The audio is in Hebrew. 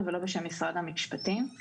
אבל אני רוצה